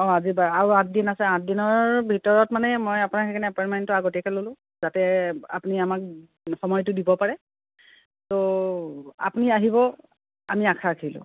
অঁ আজি বাৰ আৰু আঠদিন আছে আঠদিনৰ ভিতৰত মানে মই আপোনাক সেইকাৰণে এপইণ্টমেণ্টটো আগতীয়াকৈ ল'লোঁ যাতে আপুনি আমাক সময়টো দিব পাৰে ত' আপুনি আহিব আমি আশা ৰাখিলোঁ